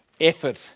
effort